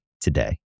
today